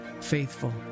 faithful